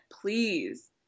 Please